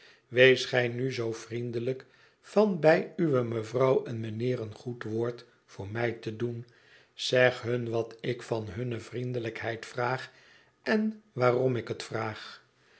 wees gij nu zoo vriendelijk van bij uwe mevrouw en mijnheer een goed woord voor mij te doen zeg hun wat ik van hunne vriendelijkheid vraag en waarom ik het vraag